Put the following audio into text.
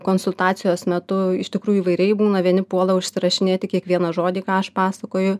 konsultacijos metu iš tikrųjų įvairiai būna vieni puola užsirašinėti kiekvieną žodį ką aš pasakoju